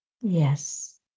Yes